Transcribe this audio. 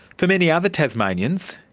for many other tasmanians,